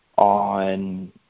on